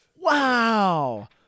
Wow